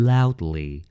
Loudly